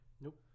Nope